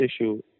issue